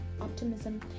optimism